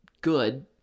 good